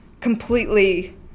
completely